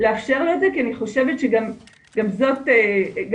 לאפשר לו את זה כי אני חושבת שגם זה חשוב,